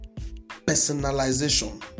personalization